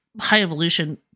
high-evolution